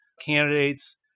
candidates